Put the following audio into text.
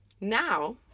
Now